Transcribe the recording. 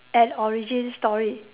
and origin story